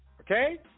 okay